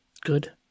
Good